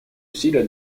усилия